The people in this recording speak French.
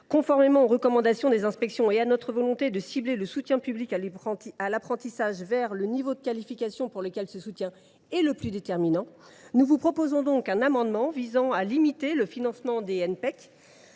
Conformément à ces recommandations et compte tenu de notre volonté de cibler le soutien public à l’apprentissage vers les niveaux de qualification pour lesquels ce soutien est le plus déterminant, nous vous proposons un amendement visant à limiter le financement des NPEC